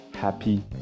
happy